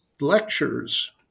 lectures